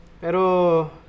Pero